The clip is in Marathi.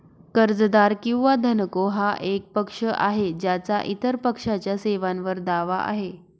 कर्जदार किंवा धनको हा एक पक्ष आहे ज्याचा इतर पक्षाच्या सेवांवर दावा आहे